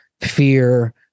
fear